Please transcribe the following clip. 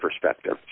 perspective